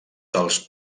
dels